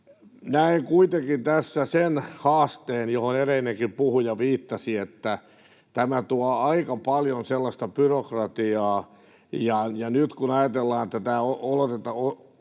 Näen kuitenkin tässä sen haasteen, johon edellinenkin puhuja viittasi, että tämä tuo aika paljon byrokratiaa. Nyt kun ajatellaan, että tämä kohdistuu